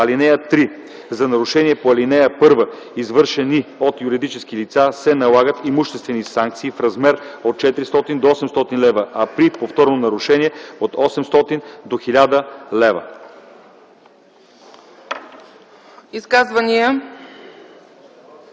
лв. (3) За нарушения по ал. 1, извършени от юридически лица, се налагат имуществени санкции в размер от 400 до 800 лв., а при повторно нарушение – от 800 до 1000 лв”.”